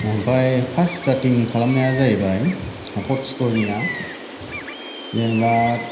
ओमफा्राय हाखर खिखरनिया जेनेबा